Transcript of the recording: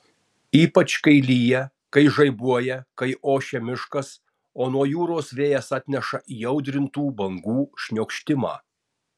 ypač kai lyja kai žaibuoja kai ošia miškas o nuo jūros vėjas atneša įaudrintų bangų šniokštimą